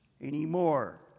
anymore